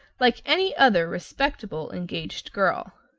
like any other respectable engaged girl.